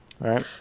right